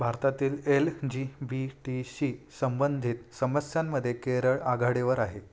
भारतातील L G B T C संबंधित समस्यांमध्ये केरळ आघाडीवर आहे